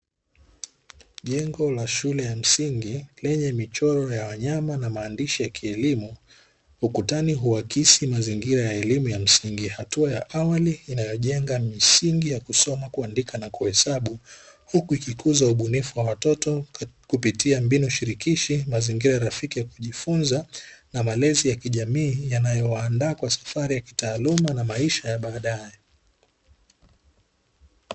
Jengo la shule ya msingi lenye michoro ya wanyama na maandishi ya kielimu ukutani, uhakisi mazingira ya elimu ya msingi, hatua ya awali inayojenga misingi ya kusoma, kuandika, na kuhesabu huku ikikuza ubunifu wa watoto kupitia mbinu shirikishi, mazingira rafiki ya kujifunza, na malezi ya kijamii yanayowaandaa kwa safari ya kitaaluma na maisha ya baadae.